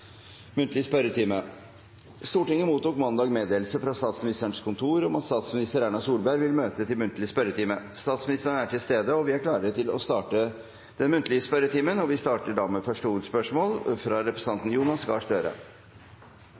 muntlig spørretime. Statsministeren er til stede, og vi er klare til å starte den muntlige spørretimen. Vi starter med første hovedspørsmål, fra representanten Jonas Gahr Støre.